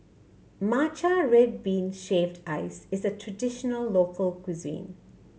matcha red bean shaved ice is a traditional local cuisine